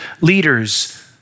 leaders